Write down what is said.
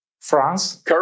France